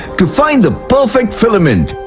to find the perfect filament.